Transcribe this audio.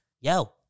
yo